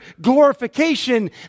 glorification